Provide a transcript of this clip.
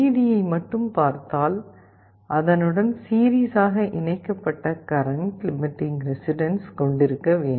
டியை மட்டும் பார்த்தால் அதனுடன் சீரிஸ் ஆக இணைக்கப்பட்ட கரண்ட் லிமிட்டிங் ரெசிஸ்டன்ஸ் கொண்டிருக்க வேண்டும்